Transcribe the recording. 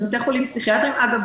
בבתי חולים פסיכיאטריים אגב,